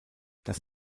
das